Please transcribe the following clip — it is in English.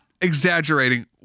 exaggerating